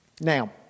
Now